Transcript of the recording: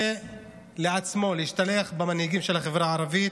לעצמו להשתלח במנהיגים של החברה הערבית